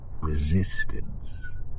resistance